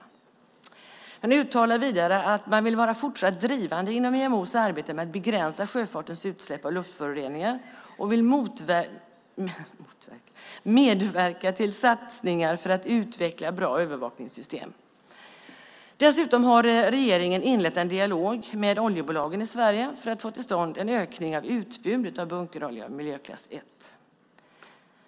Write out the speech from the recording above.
Vidare uttalar man att man fortsatt vill vara drivande inom IMO:s arbete med att begränsa sjöfartens utsläpp av luftföroreningar och att man vill medverka till satsningar för att utveckla bra övervakningssystem. Dessutom har regeringen inlett en dialog med oljebolagen i Sverige för att få till stånd en ökning av utbudet av bunkerolja, miljöklass 1.